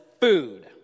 food